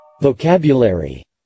Vocabulary